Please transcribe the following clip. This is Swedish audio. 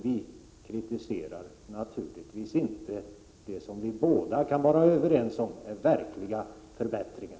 Jag kritiserar naturligtvis inte det som vi båda kan vara överens om är verkliga förbättringar.